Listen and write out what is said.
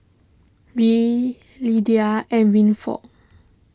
Reed Lidia and Winford